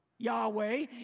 Yahweh